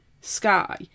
Sky